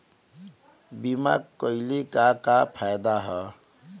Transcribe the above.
बीमा कइले का का फायदा ह?